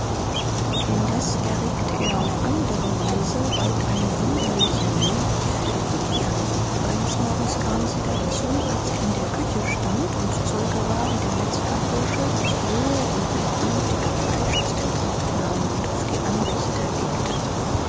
indes erregte er auf andre weise bald eine wunderliche neugierde in ihr eines morgens kam sie dazu als er in der küche stand und zeuge war wie der metzgerbursche das rohe und noch blutige fleisch aus dem korb nahm und auf die anrichte legte